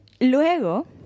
Luego